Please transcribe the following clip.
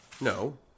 No